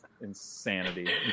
insanity